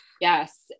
Yes